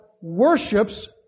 worships